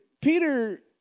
Peter